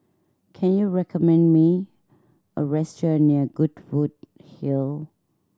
can you recommend me a restaurant near Goodwood Hill